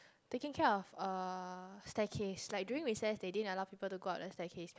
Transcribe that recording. taking care of uh staircase like during recess they didn't allow people to go up the staircase